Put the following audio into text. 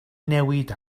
newid